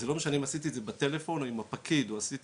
אז זה לא משנה אם עשיתי את זה בטלפון עם הפקיד או שעשיתי